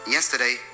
Yesterday